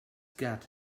got